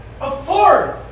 afford